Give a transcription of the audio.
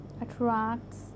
attracts